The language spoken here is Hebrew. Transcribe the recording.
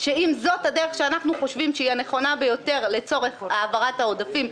שאם זאת הדרך שאנחנו חושבים שהיא הנכונה ביותר לצורך העברת העודפים,